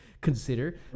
consider